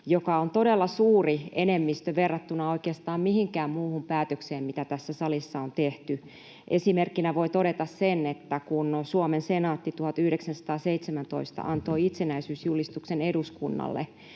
joka on todella suuri enemmistö verrattuna oikeastaan mihinkään muuhun päätökseen, mitä tässä salissa on tehty. Esimerkkinä voi todeta sen, että kun Suomen senaatti 1917 antoi itsenäisyysjulistuksen eduskunnalle,